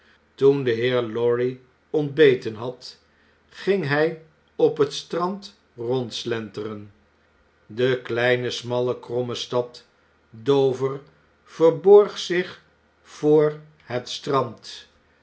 toen de heer lorry ontbeten had ging hij op het strand rondslenteren de kleine smalle kromme stad dover verborg zich voor het